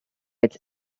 its